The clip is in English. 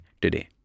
today